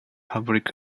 public